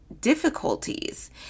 difficulties